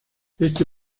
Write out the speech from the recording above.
este